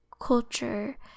culture